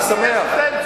אני שמח.